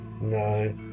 No